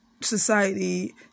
society